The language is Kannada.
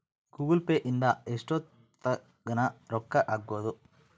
ಗೂಗಲ್ ಪೇ ಇಂದ ಎಷ್ಟೋತ್ತಗನ ರೊಕ್ಕ ಹಕ್ಬೊದು